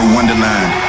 Wonderland